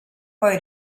poi